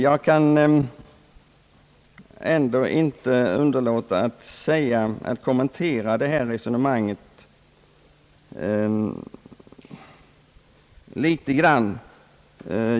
Jag kan ändå inte underlåta att kommentera hans resonemang.